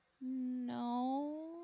no